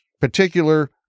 particular